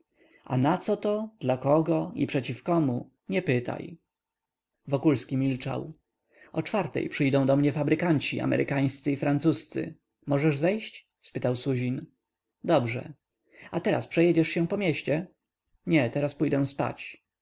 a na coto dla kogo i przeciw komu nie pytaj wokulski milczał o czwartej przyjdą do mnie fabrykanci amerykańscy i francuscy możesz zejść spytał suzin dobrze a teraz przejedziesz się po mieście nie teraz pójdę spać